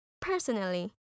Personally